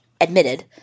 admitted